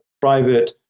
private